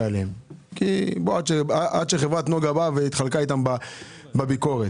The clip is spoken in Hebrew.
עד שבאה חברת נגה והתחלקה איתם בביקורת.